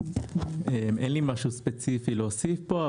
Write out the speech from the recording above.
אין לי משהו ספציפי להוסיף פה,